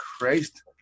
Christ